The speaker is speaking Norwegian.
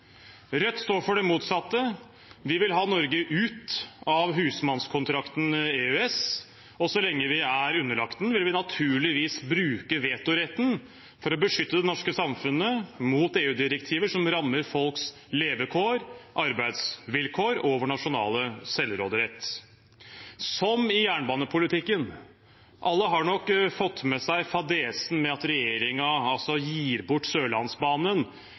Rødt står for det motsatte. Vi vil ha Norge ut av husmannskontrakten EØS, og så lenge vi er underlagt den, vil vi naturligvis bruke vetoretten for å beskytte det norske samfunnet mot EU-direktiver som rammer folks levekår, arbeidsvilkår og vår nasjonale selvråderett – som i jernbanepolitikken. Alle har nok fått med seg fadesen med at regjeringen gir bort Sørlandsbanen